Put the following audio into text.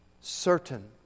certain